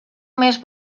més